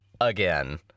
again